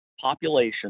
population